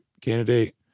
candidate